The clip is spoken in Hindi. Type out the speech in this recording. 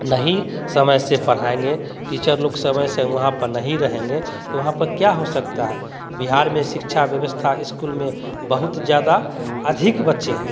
नहीं समय से पढ़ाएँगे टीचर लोग समय से वहाँ पर नहीं रहेंगे तो वहाँ पर क्या हो सकता है बिहार में शिक्षा व्यवस्था स्कूल में बहुत ज़्यादा अधिक बच्चे हैं